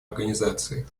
организации